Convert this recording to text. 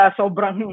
sobrang